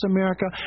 America